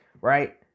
right